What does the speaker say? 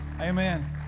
amen